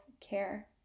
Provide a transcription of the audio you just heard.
care